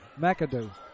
McAdoo